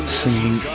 singing